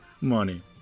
money